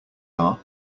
are